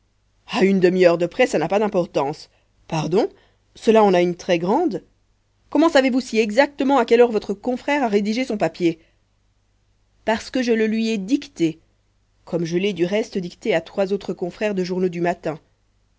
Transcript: à une demi-heure près ça n'a pas d'importance pardon cela en a une très grande comment savez-vous si exactement à quelle heure votre confrère a rédigé son papier parce que je le lui ai dicté comme je l'ai du reste dicté à trois autres confrères de journaux du matin